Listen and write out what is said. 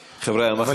אבל,